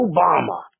Obama